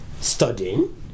studying